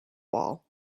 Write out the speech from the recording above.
wall